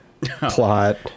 plot